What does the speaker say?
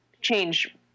change